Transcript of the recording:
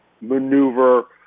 maneuver